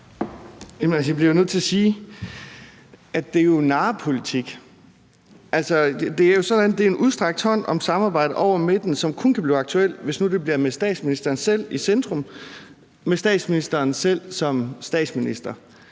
bliver nødt til at sige, at det er en narrepolitik. Altså, det er jo en udstrakt hånd til et samarbejde over midten, som kun kan blive aktuelt, hvis det bliver med statsministeren selv i centrum, altså med statsministeren selv som statsminister.